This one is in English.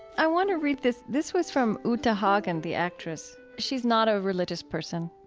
i want to read this. this was from uta hagen, the actress. she's not a religious person,